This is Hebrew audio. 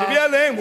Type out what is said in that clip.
תחשבי עליהם,